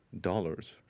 dollars